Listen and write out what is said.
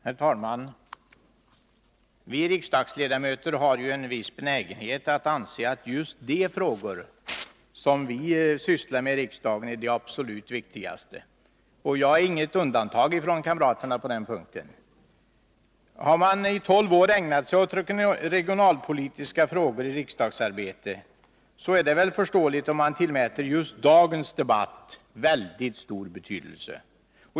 Herr talman! Vi riksdagsledamöter har en viss benägenhet att anse att just de frågor som vi sysslar med i riksdagen är de absolut viktigaste. Jag är inget undantag från kamraterna på den punkten. Har man i tolv år ägnat sig åt regionalpolitiska frågor i riksdagsarbetet, så är det väl förståeligt om man tillmäter just dagens debatt väldigt stor betydelse.